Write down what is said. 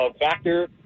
factor